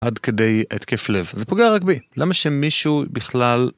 עד כדי התקף לב זה פוגע רק בי למה שמישהו בכלל.